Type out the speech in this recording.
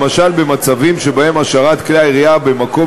למשל במצבים שבהם השארת כלי הירייה במקום